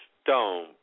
stone